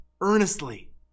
earnestly